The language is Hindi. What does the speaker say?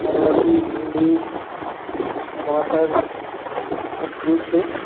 बरवड्डी भिंडी टमाटर मुक्ख रूप से